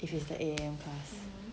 if it's the eight A_M class